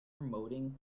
promoting